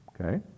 Okay